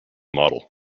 model